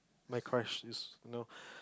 my crush is you know